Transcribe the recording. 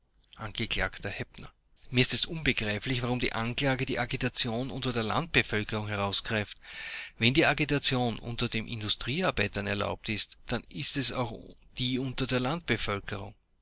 mir ist es unbegreiflich warum die anklage die agitation unter der landbevölkerung herausgreift wenn die agitation unter den industriearbeitern erlaubt ist dann ist es auch die unter der